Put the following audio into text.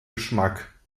geschmack